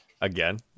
Again